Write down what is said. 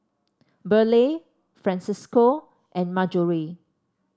Burleigh Francisco and Marjorie